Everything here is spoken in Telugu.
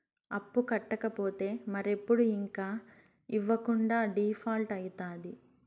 అప్పు కట్టకపోతే మరెప్పుడు ఇంక ఇవ్వకుండా డీపాల్ట్అయితాది